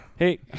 Hey